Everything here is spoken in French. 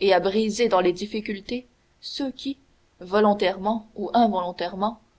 et à briser dans les difficultés ceux qui volontairement ou involontairement